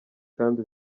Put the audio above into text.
kandi